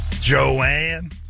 Joanne